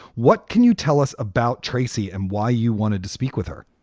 what can you tell us about tracy and why you wanted to speak with her?